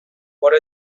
what